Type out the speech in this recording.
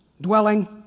dwelling